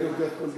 אני לוקח כל דבר.